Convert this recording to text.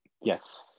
yes